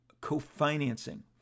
co-financing